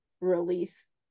release